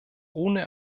ohne